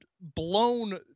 blown